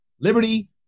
liberty